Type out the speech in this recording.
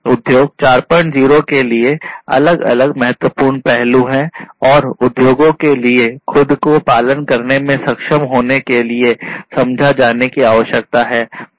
उद्योग 40 के लिए अलग अलग महत्वपूर्ण पहलू है और उद्योगों के लिए खुद को पालन करने में सक्षम होने के लिए समझा जाने की आवश्यकता है